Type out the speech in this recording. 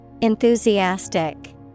Enthusiastic